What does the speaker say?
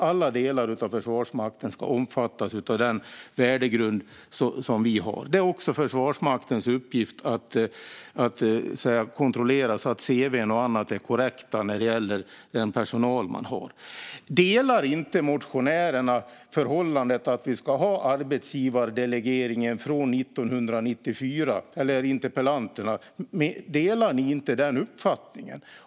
Alla delar av Försvarsmakten ska omfattas av den värdegrund vi har. Det är också Försvarsmaktens uppgift att kontrollera att cv:n och annat är korrekta när det gäller den personal man har. Delar debattörerna inte uppfattningen att vi ska ha arbetsgivardelegeringen från 1994?